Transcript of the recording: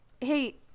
Hey